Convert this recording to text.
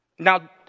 Now